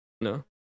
No